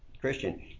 Christian